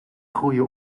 groeien